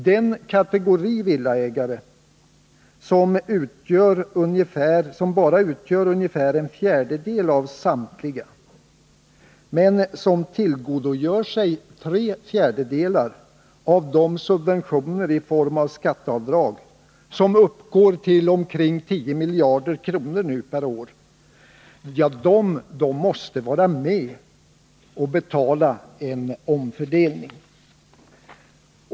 Den kategori villaägare som bara utgör ungefär en fjärdedel av samtliga men som tillgodogör sig tre fjärdedelar av de subventioner i form av skatteavdrag, som uppgår till omkring 10 miljarder kronor per år, måste vara med och betala en omfördelning.